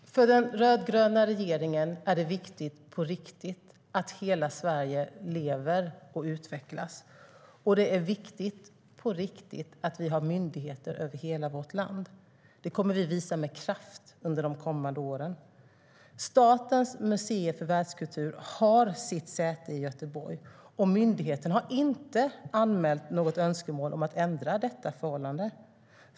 Herr ålderspresident! För den rödgröna regeringen är det viktigt att hela Sverige lever och utvecklas, och det är viktigt, på riktigt, att vi har myndigheter över hela vårt land. Det kommer vi att visa med kraft under de kommande åren. Statens museer för världskultur har sitt säte i Göteborg, och myndigheten har inte anmält något önskemål om att ändra detta förhållande.